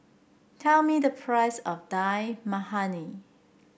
tell me the price of Dal Makhani